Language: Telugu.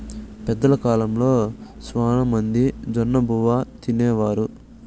పెద్దల కాలంలో శ్యానా మంది జొన్నబువ్వ తినేవారు